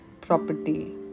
property